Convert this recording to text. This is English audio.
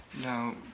Now